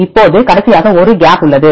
இப்போது கடைசியாக ஒரு கேப் உள்ளது